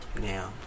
now